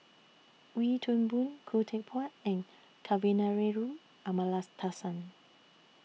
Wee Toon Boon Khoo Teck Puat and Kavignareru Amallathasan